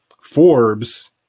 Forbes